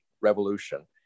revolution